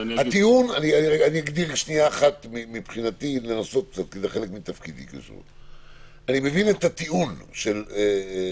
אני מבין את הטיעון של איתן.